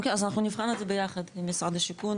אוקי, אז אנחנו נבחן את זה ביחד עם משרד השיכון.